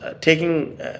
taking